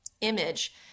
image